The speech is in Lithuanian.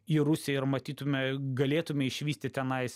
į rusiją ir matytume galėtume išvysti tenais